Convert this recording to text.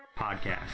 podcast